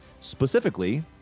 specifically